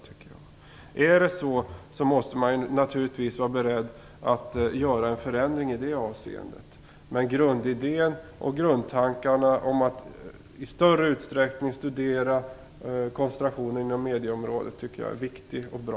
Om så är fallet måste man naturligtvis vara beredd att vidta en förändring i det avseendet. Men grundidén och grundtanken om att i större utsträckning studera koncentrationen inom medieområdet tycker jag är viktig och bra.